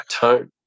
tone